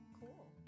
Cool